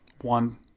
one